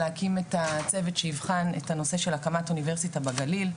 להקים את הצוות שיבחן את הנושא של הקמת אוניברסיטה בגליל,